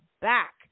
back